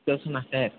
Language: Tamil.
யோசிக்கணுமா சார்